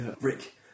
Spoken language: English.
Rick